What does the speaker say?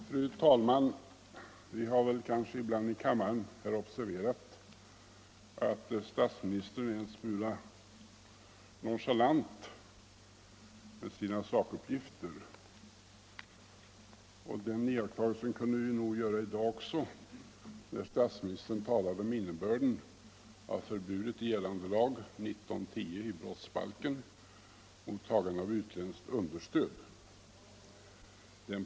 Fru talman! Vi har kanske ibland i kammaren observerat att statsministern är en smula nonchalant med sina sakuppgifter. Den iakttagelsen kunde vi nog göra i dag också, när statsministern talade om innebörden av förbudet i gällande lag, brottsbalken 19:10, om tagande av utländskt understöd.